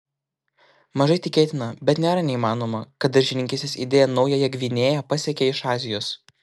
mažai tikėtina bet nėra neįmanoma kad daržininkystės idėja naująją gvinėją pasiekė iš azijos